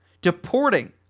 Deporting